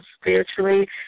spiritually